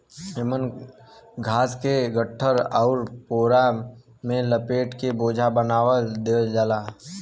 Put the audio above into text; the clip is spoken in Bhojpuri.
एमन घास के गट्ठर आउर पोरा में लपेट के बोझा बना देवल जाला